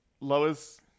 Lois